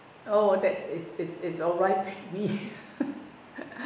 oh that's it's it's it's alright with me